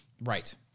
right